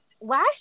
last